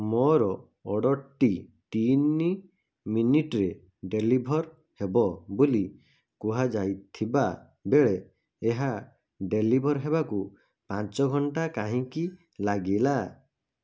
ମୋର ଅର୍ଡ଼ର୍ଟି ତିନି ମିନିଟ୍ରେ ଡେଲିଭର୍ ହେବ ବୋଲି କୁହାଯାଇଥିବା ବେଳେ ଏହା ଡେଲିଭର୍ ହେବାକୁ ପାଞ୍ଚ ଘଣ୍ଟା କାହିଁକି ଲାଗିଲା